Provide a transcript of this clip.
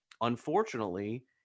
Unfortunately